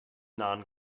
non